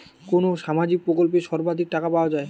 কোন সামাজিক প্রকল্পে সর্বাধিক টাকা পাওয়া য়ায়?